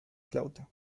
flauta